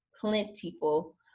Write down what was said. plentiful